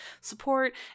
support